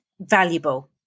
valuable